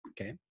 okay